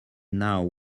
now